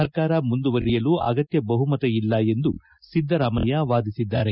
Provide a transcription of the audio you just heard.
ಸರ್ಕಾರ ಮುಂದುವರಿಯಲು ಅಗತ್ಯ ಬಹುಮತ ಇಲ್ಲ ಎಂದು ಸಿದ್ದರಾಮಯ್ಯ ವಾದಿಸಿದ್ದಾರೆ